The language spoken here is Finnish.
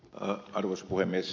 arvoisa puhemies